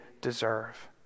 deserve